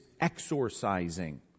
exorcising